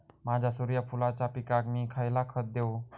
माझ्या सूर्यफुलाच्या पिकाक मी खयला खत देवू?